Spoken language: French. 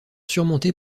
surmontées